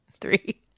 Three